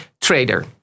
trader